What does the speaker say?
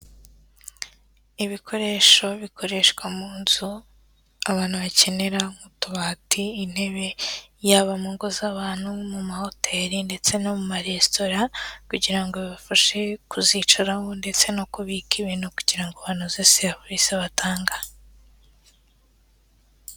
Ibikoresho bikoreshwa mu nzu abantu bakenera nk'utubati, intebe, yaba mu ngo z'abantu mu mahoteli ndetse no mu maresitora, kugira ngo bibafashe kuzicaramo ndetse no kubika ibintu kugira ngo hanozwe serivisi batanga.